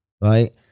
right